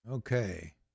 Okay